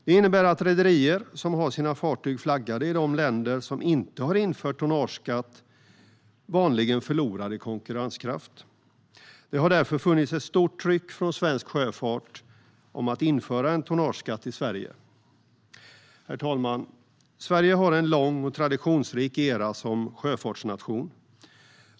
Det innebär att rederier som har sina fartyg flaggade i de länder som inte har infört tonnageskatt vanligen förlorar i konkurrenskraft. Det har därför funnits ett stort tryck från svensk sjöfart på att införa en tonnageskatt i Sverige. Herr talman! Sverige har en lång och traditionsrik era som sjöfartsnation.